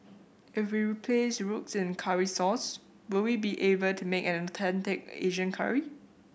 if we replace roux with curry sauce will we be able to make an authentic Asian curry